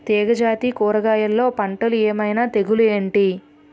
తీగ జాతి కూరగయల్లో పంటలు ఏమైన తెగులు ఏంటి?